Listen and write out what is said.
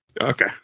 Okay